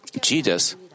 Jesus